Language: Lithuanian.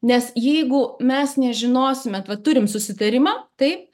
nes jeigu mes nežinosime va turim susitarimą taip